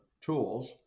tools